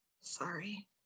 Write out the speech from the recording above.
Sorry